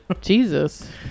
jesus